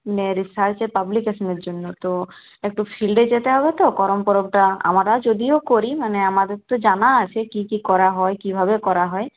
মে রিসার্চে পাবলিকেশনের জন্য তো একটু ফিল্ডে যেতে হবে তো করম পরবটা আমরা যদিও করি মানে আমাদের তো জানা আছে কী কী করা হয় কীভাবে করা হয়